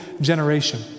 generation